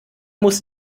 muss